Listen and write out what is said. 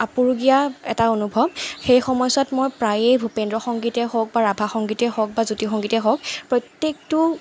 আপুৰুগীয়া এটা অনুভৱ সেই সময়ছোৱাত মই প্ৰায়ে ভূপেন্দ্ৰ সংগীতেই হওক বা ৰাভা সংগীতেই হওক বা জ্যোতি সংগীতেই হওক প্ৰত্যেকটো